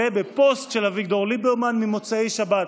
זה בפוסט של אביגדור ליברמן ממוצאי שבת.